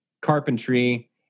Carpentry